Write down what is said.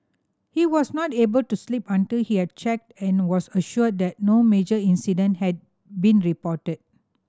he was not able to sleep until he had checked and was assured that no major incident had been reported